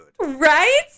Right